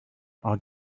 are